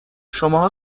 شماها